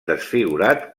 desfigurat